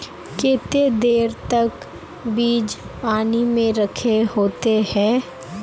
केते देर तक बीज पानी में रखे होते हैं?